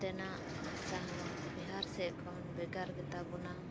ᱱᱚᱛᱮᱱᱟᱜ ᱵᱷᱟᱥᱟ ᱦᱚᱸ ᱵᱤᱦᱟᱨ ᱥᱮᱡ ᱠᱷᱚᱱ ᱵᱷᱮᱜᱟᱨ ᱜᱮᱛᱟ ᱵᱚᱱᱟ